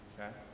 Okay